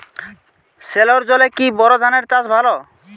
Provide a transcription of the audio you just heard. সেলোর জলে কি বোর ধানের চাষ ভালো?